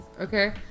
okay